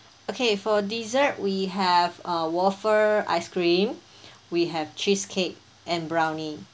okay for dessert we have uh wafer ice cream we have cheesecake and brownie